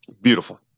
beautiful